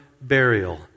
burial